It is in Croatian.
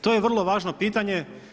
To je vrlo važno pitanje.